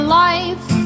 life